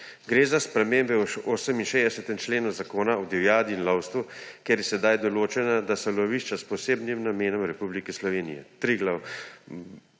Gre za spremembe v 68. členu Zakona o divjadi in lovstvu, kjer je zdaj določeno, da so lovišča s posebnim namenom v Republiki Sloveniji Triglav